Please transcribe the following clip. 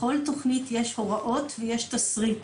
בכל תכנית יש הוראות ויש תשריט,